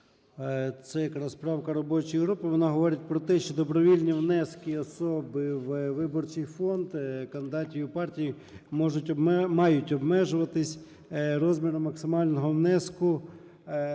Це якраз правка робочої групи. Вона говорить про те, що добровільні внески особи у виборчий фонд кандидатів і партій мають обмежуватись розміром максимального внеску,